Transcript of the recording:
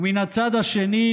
ומן הצד השני,